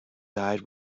died